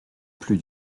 plus